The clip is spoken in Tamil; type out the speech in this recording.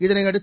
இதனையடுத்து